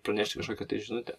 pranešti kažkokią tai žinutę